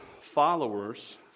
followers